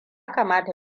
kamata